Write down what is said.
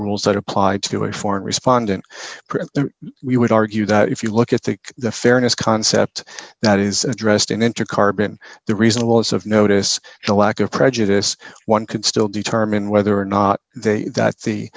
rules that apply to a foreign respondent we would argue that if you look at the the fairness concept that is addressed in enter carbon the reasonable is of notice the lack of prejudice one could still determine whether or not they